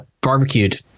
barbecued